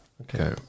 Okay